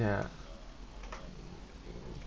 ya